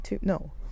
no